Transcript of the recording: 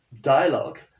dialogue